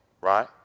right